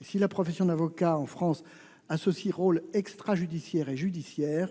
Si la profession d'avocat, en France, associe rôles extrajudiciaires et judiciaires,